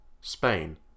Spain